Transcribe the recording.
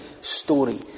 story